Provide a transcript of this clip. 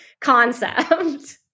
concept